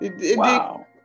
Wow